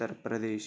Uttar Pradesh